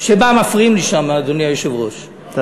אדוני היושב-ראש, מפריעים לי שם.